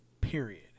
period